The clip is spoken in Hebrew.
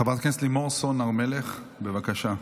חברת הכנסת לימור סון הר מלך, בבקשה.